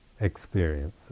experiences